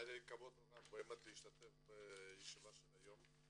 היה לי כבוד להשתתף בישיבה של היום.